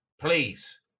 please